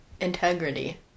integrity